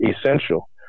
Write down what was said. essential